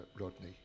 Rodney